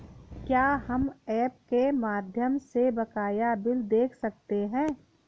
क्या हम ऐप के माध्यम से बकाया बिल देख सकते हैं?